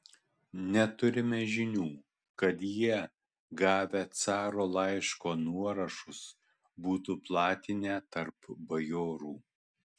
neturime žinių kad jie gavę caro laiško nuorašus būtų platinę tarp bajorų